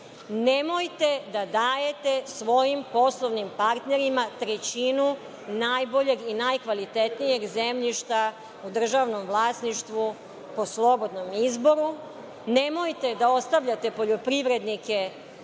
da dajete svojim poslovnim partnerima trećinu najboljeg i najkvalitetnijeg zemljišta u državnom vlasništvu po slobodnom izboru, nemojte da ostavljate poljoprivrednike